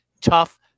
tough